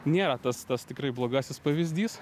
nėra tas tas tikrai blogasis pavyzdys